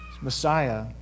Messiah